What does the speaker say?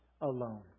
alone